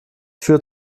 führt